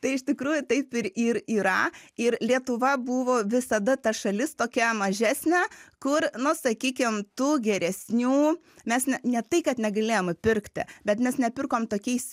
tai iš tikrųjų taip ir ir yra ir lietuva buvo visada ta šalis tokia mažesnė kur nu sakykim tų geresnių mes ne ne tai kad negalėjom įpirkti bet mes nepirkom tokiais